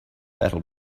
battle